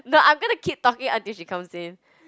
no I'm gonna keep talking until she comes in